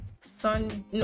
sun